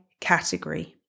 category